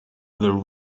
their